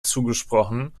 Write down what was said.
zugesprochen